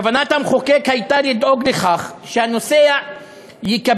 כוונת המחוקק הייתה לדאוג לכך שהנוסע יקבל